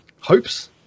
hopes